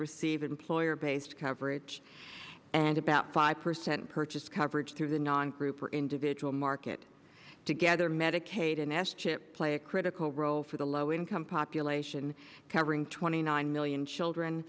receive employer based coverage and about five percent purchase coverage through the non group or individual market together medicaid and s chip play a critical role for the low income population covering twenty nine million children